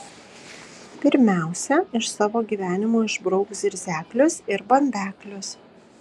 pirmiausia iš savo gyvenimo išbrauk zirzeklius ir bambeklius